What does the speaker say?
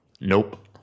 Nope